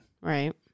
Right